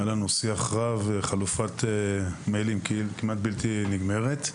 ניהלנו שיח רב, חלופת מיילים כמעט בלתי נגמרת.